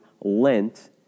Lent